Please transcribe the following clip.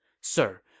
Sir